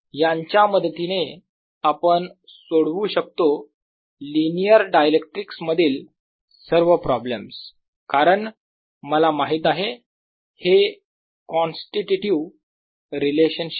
यांच्या मदतीने आपण सोडवू शकतो लिनियर डायइलेक्ट्रिक्स मधील सर्व प्रॉब्लेम्स कारण मला माहित आहे हे कॉन्स्टिटयूटीव्ह रिलेशनशिप